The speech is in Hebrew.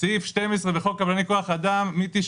סעיף 12 בחוק קבלני כוח אדם מ-96'